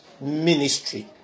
ministry